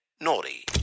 naughty